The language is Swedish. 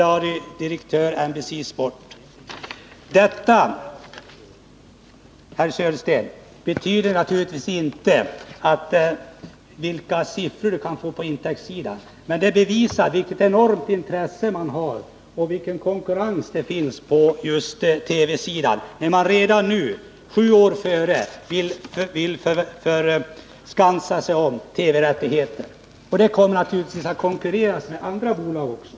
Av detta telegram framgår visserligen inte vilka intäkter som OS-spelen kan ge, men det visar vilket enormt intresse som föreligger och vilken konkurrens som förekommer på TV-området. Redan nu, sju år före spelen, vill man försäkra sig om TV-rättigheter. Självfallet kommer också andra bolag att vilja konkurrera om dessa.